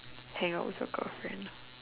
hangout with your girlfriend